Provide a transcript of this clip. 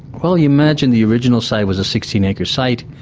well you imagine the original site was a sixteen acre site.